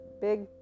big